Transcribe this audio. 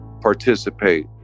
participate